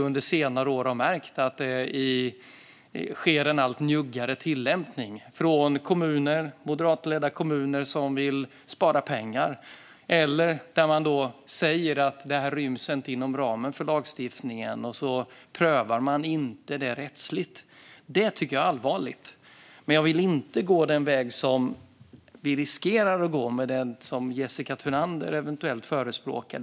Under senare år har vi märkt att det sker en allt njuggare tillämpning hos kommuner, moderatledda kommuner, som vill spara pengar. Eller man säger kanske att detta inte ryms inom ramen för lagstiftningen, och så prövar man det inte rättsligt. Det tycker jag är allvarligt. Men jag vill inte gå den väg som vi riskerar att gå med det som Jessica Thunander eventuellt förespråkar.